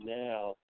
now